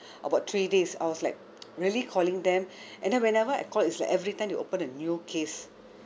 about three days I was like really calling them and then whenever I call it's like every time you open a new case